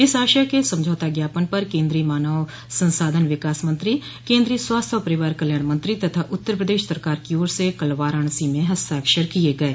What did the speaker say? इस आशय के समझौता ज्ञापन पर केन्द्रीय मानव संसाधन विकास मंत्री केन्द्रीय स्वास्थ्य और परिवार कल्याण मंत्री तथा उत्तर प्रदेश सरकार की ओर से कल वाराणसी में हस्ताक्षर किये गये